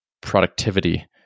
productivity